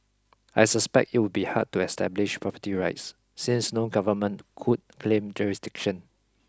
I suspect it would be hard to establish property rights since no government could claim jurisdiction